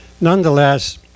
Nonetheless